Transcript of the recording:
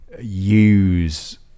use